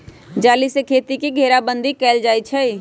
जाली से खेती के घेराबन्दी कएल जाइ छइ